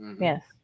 yes